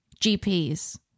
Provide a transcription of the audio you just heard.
GPs